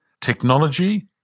technology